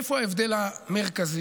איפה ההבדל המרכזי?